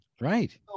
right